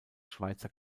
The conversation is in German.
schweizer